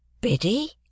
Biddy